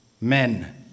men